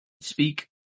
speak